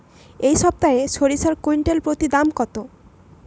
এই সপ্তাহে সরিষার কুইন্টাল প্রতি দাম কত?